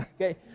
Okay